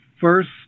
first